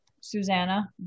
Susanna